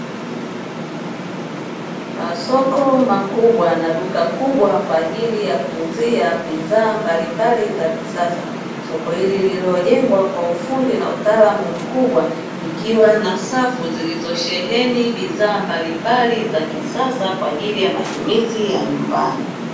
Masoko makubwa na duka kubwa kwa ajili ya kuuzia bidhaa mbalimbali za kisasa, soko hili lililojengwa kwa ufundi na utaalamu mkubwa, ikiwa na safu zilizosheheni bidhaa mbalimbali za kisasa kwa ajili ya matumizi ya nyumbani.